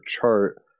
chart